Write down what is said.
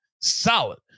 solid